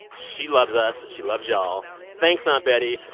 and she loves us. she loves y'all thanks, aunt betty.